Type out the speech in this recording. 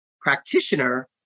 practitioner